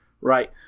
Right